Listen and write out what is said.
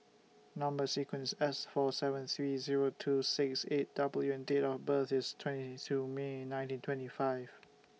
Number sequence IS S four seven three Zero two six eight W and Date of birth IS twenty two May nineteen twenty five